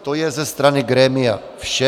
To je ze strany grémia vše.